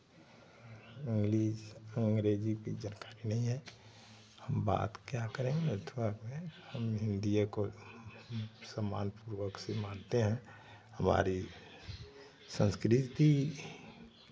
English Angrezi की जानकारी नहीं है हम बात क्या करेंगे अथवा में हम हिन्दिए को सम्मानपूर्वक से मानते हैं हमारी संस्कृति